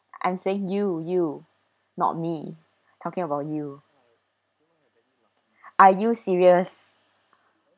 I'm saying you you not me talking about you are you serious